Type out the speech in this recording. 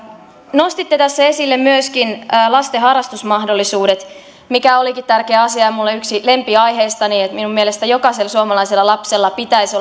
nostitte tässä esille myöskin lasten harrastusmahdollisuudet mikä olikin tärkeä asia ja yksi lempiaiheitani minun mielestäni jokaisella suomalaisella lapsella pitäisi